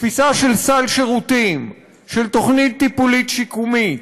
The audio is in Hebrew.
תפיסה של סל שירותים, של תוכנית טיפולית שיקומית,